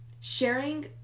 sharing